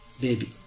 baby